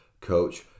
coach